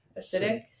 acidic